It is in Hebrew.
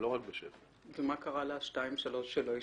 ומה קרה לאלו שלא?